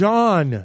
John